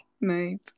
Night